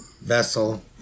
Vessel